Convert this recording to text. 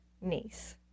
niece